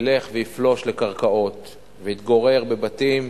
ילך ויפלוש לקרקעות ויתגורר בבתים.